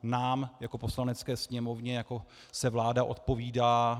Nám jako Poslanecké sněmovně se vláda odpovídá.